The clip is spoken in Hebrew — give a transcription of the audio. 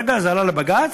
ברגע שזה עלה לבג"ץ,